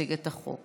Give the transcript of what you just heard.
להציג את החוק.